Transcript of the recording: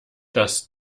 das